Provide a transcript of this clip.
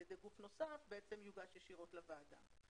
ידי גוף נוסף בעצם יוגש ישירות לוועדה.